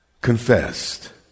confessed